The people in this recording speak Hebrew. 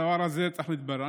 הדבר הזה צריך להתברר.